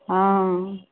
हँ